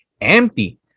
empty